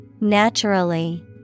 Naturally